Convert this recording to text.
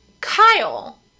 Kyle